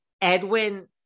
Edwin